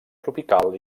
tropical